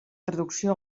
traducció